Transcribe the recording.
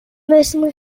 müssen